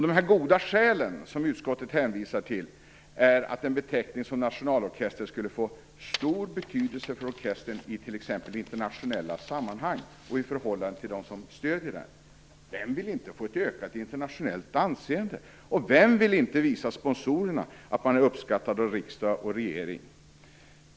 De goda skäl som utskottet hänvisar till är att en beteckning som nationalorkester skulle "få stor betydelse för orkestern i t.ex. internationella sammanhang och i förhållande till dem som stödjer den". Vem vill inte få ett ökat internationellt anseende, och vem vill inte visa sponsorerna att man är uppskattad av riksdag och regering.